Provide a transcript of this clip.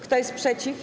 Kto jest przeciw?